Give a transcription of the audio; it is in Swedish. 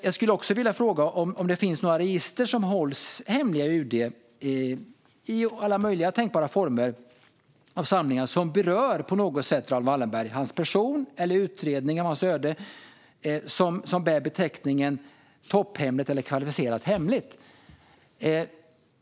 Jag skulle också vilja fråga om det finns några register som hålls hemliga på UD, i alla möjliga tänkbara former och samlingar, som på något sätt berör Raoul Wallenberg, alltså något som rör hans person eller utredningen av hans öde och som bär beteckningen "topphemligt" eller "kvalificerat hemligt".